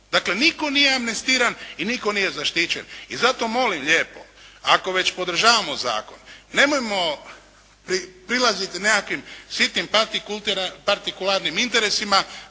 Dakle nitko nije amnestiran i nitko nije zaštićen. I zato molim lijepo ako već podržavamo zakon, nemojmo prilaziti nekakvim sitnim partikularnim interesima